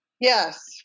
Yes